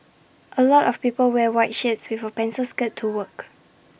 A lot of people wear white shirts with A pencil skirt to work